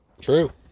True